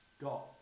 Got